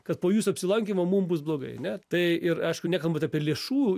kad po jūsų apsilankymo mum bus blogai ane tai ir aišku nekalbant apie lėšų